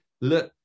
Le